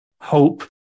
hope